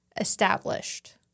established